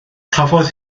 cafodd